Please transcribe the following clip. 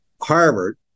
Harvard